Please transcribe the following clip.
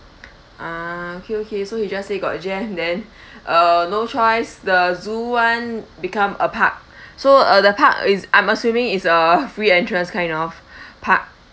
ah okay okay so he just say got jam then uh no choice the zoo [one] become a park so uh the park is I'm assuming it's a free entrance kind of park